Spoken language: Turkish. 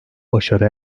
başarı